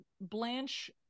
Blanche